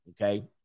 Okay